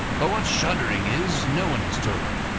but what shuddering is no one has told me.